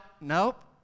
Nope